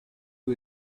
who